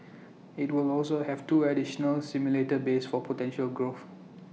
IT will also have two additional simulator bays for potential growth